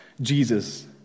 Jesus